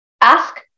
ask